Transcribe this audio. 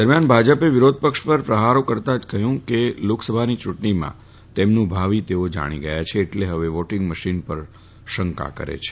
દરમિયાન ભાજપે વિરોધપક્ષ પર પ્રહારો કરતા જણાવ્યું કે લોકસભાની યુંટણીમાં તેમનું ભાવી જાણી ગયા છે એટલે હવે વોટીંગ મશીન પર શંકા કરે છે